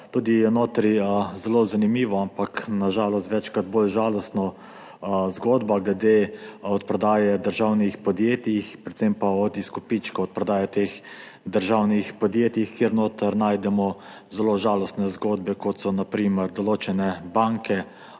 zanimivo je tudi to, kar je na žalost večkrat bolj žalostna zgodba, glede odprodaje državnih podjetij, predvsem pa izkupička od prodaje teh državnih podjetij, kjer najdemo zelo žalostne zgodbe, kot so na primer določene banke,